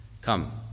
Come